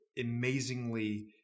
amazingly